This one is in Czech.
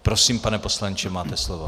Prosím, pane poslanče, máte slovo.